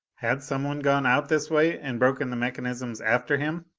had someone gone out this way and broken the mechanisms after him?